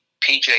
PJ